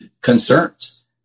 concerns